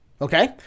Okay